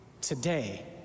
today